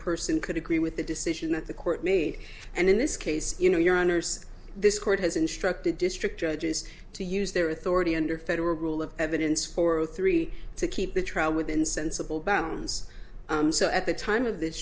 person could agree with the decision that the court me and in this case you know your honors this court has instructed district judges to use their authority under federal rule of evidence for the three to keep the trial within sensible bounds so at the time of this